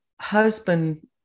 husband